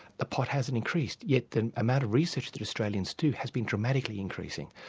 the pot hasn't increased, yet the amount of research that australians do has been dramatically increasing.